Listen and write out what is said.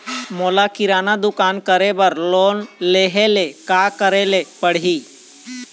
मोला किराना दुकान करे बर लोन लेहेले का करेले पड़ही?